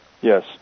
Yes